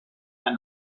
but